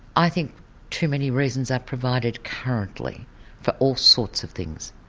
i think too many reasons are provided currently for all sorts of things.